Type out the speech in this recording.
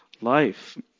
life